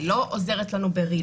היא לא עוזרת לנו בזמן אמת.